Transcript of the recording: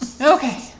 Okay